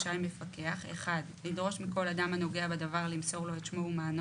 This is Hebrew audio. רשאי מפקח לדרוש מכל אדם הנוגע בדבר למסור לו את שמו ומענו